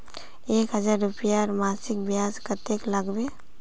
एक हजार रूपयार मासिक ब्याज कतेक लागबे?